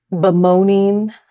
bemoaning